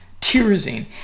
tyrosine